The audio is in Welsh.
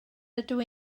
ydw